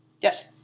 Yes